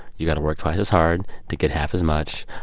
you got to work twice as hard to get half as much.